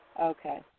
Okay